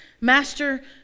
Master